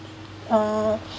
uh